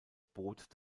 boot